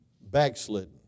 backslidden